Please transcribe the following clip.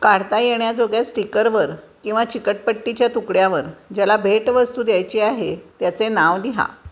काढता येण्याजोग्या स्टिककरवर किंवा चिकटपट्टीच्या तुकड्यावर ज्याला भेटवस्तू द्यायची आहे त्याचे नाव लिहा